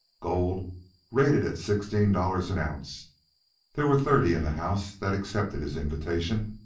gold rated at sixteen dollars an ounce there were thirty in the house that accepted his invitation,